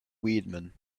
weidman